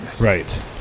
Right